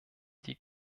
die